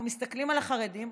אנחנו מסתכלים על החרדים.